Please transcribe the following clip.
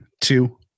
two